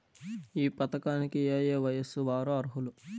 ఈ పథకానికి ఏయే వయస్సు వారు అర్హులు?